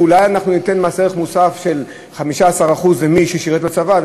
אולי אנחנו ניתן מס ערך מוסף של 15% למי ששירת בצבא,